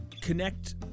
Connect